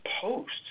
posts